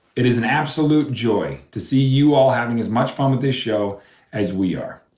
it is an absolute joy to see you all having as much fun with this show as we are.